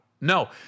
No